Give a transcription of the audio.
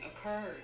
occurred